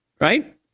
Right